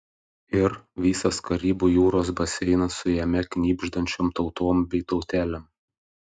ir visas karibų jūros baseinas su jame knibždančiom tautom bei tautelėm